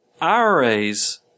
IRAs